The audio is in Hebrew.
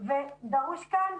ודרוש כאן